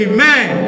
Amen